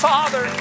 Father